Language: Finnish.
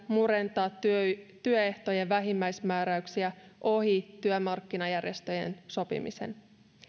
murentaa työehtojen vähimmäismääräyksiä ohi työmarkkinajärjestöjen sopimisen